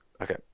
Okay